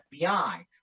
FBI